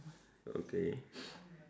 okay